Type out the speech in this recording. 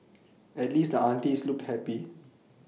at least the aunties looked happy